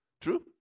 True